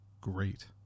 great